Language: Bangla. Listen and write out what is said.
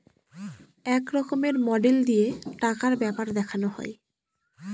এক রকমের মডেল দিয়ে টাকার ব্যাপার দেখানো হয়